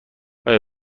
آیا